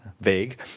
Vague